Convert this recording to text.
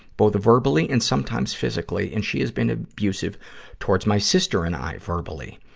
both verbally and sometimes physically. and she has been abusive towards my sister and i verbally.